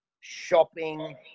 shopping